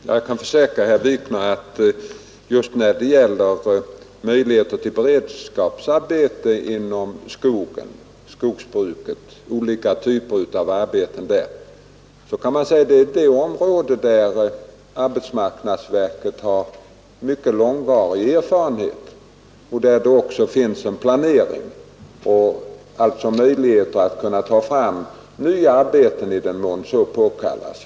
Herr talman! Jag kan försäkra herr Wikner att just när det gäller möjligheter till beredskapsarbete och olika typer av arbeten inom skogsbruket kan man säga att det är det område där arbetsmarknadsverket har mycket långvarig erfarenhet och där det också finns en planering, alltså möjligheter att kunna ta fram nya arbeten i den mån så påkallas.